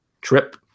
trip